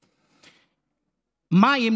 למים,